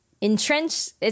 entrenched